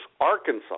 Arkansas